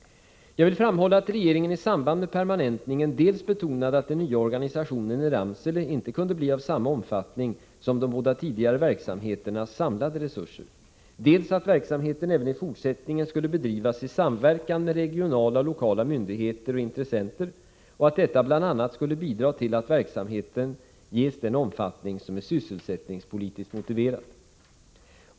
Jag vill framhålla att regeringen i samband med permanentningen dels betonade att den nya organisationen i Ramsele inte kunde bli av samma omfattning som de båda tidigare verksamheternas samlade resurser, dels att verksamheten även i fortsättningen skulle bedrivas i samverkan med regionala och lokala myndigheter och intressenter och att detta bl.a. skulle bidra till att verksamheten ges den omfattning som är sysselsättningspolitiskt motiverad.